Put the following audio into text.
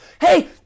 Hey